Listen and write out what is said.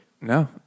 No